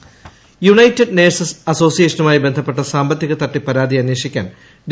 അന്വേഷണം united nurses അസോസിയോഷനുമായി ബന്ധപ്പെട്ട സാമ്പത്തിക തട്ടിപ്പ് പരാതി അന്വേഷിക്കാൻ ഡി